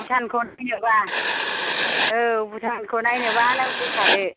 भुटानखौ नायनोबा औ भुटानखौ नायनोबा नों फैफादो